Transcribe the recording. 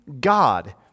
God